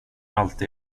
alltid